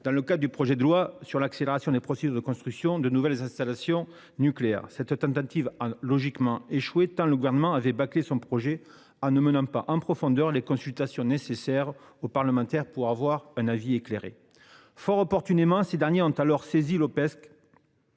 de l’examen du projet de loi sur l’accélération des procédures de construction de nouvelles installations nucléaires. Cette tentative a logiquement échoué, tant le Gouvernement avait bâclé son projet en ne menant pas en profondeur les consultations nécessaires pour permettre aux parlementaires d’avoir d’un avis éclairé. Fort opportunément, le Parlement a alors saisi l’Opecst